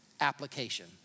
application